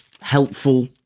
helpful